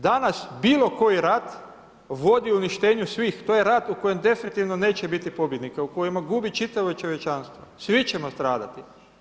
Danas bilo koji rat, vodi uništenju svih, to je rat u kojem definitivno neće biti pobjednika, u kojima gubi čitavo čovječanstvo, svi će nastradati.